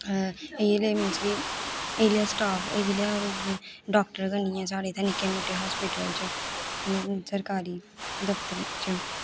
इ'यै लेआ मींस कि इ'यै लेआ स्टाफ इ'यै लेआ डाक्टर गै निं ऐ साढ़े इत्थै निक्के मुट्टे हास्पिटल च सरकारी दफ्तरै च